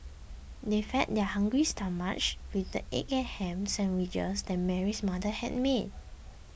they fed their hungry stomachs with the egg and ham sandwiches that Mary's mother had made